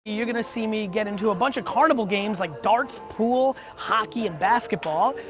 you're gonna see me get into a bunch of carnival games like darts, pool, hockey, and basketball.